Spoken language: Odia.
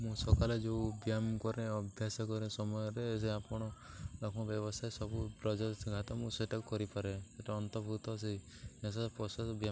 ମୁଁ ସକାଳେ ଯେଉଁ ବ୍ୟାୟାମ କରେ ଅଭ୍ୟାସ କରେ ସମୟରେ ସେ ଆପଣ ଲ ବ୍ୟବସାୟ ସବୁ ପ୍ରଜଘାତ ମୁଁ ସେଇଟାକୁ କରିପାରେ ସେଟା ଅନ୍ତର୍ଭୁତ ସେ ପ୍ରଶାଦ୍ୟାୟାମ